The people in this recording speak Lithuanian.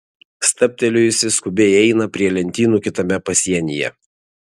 stabtelėjusi skubiai eina prie lentynų kitame pasienyje